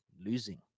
losing